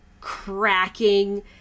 cracking